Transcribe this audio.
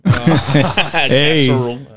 Hey